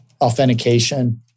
authentication